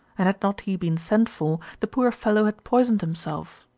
and had not he been sent for, the poor fellow had poisoned himself.